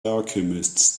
alchemists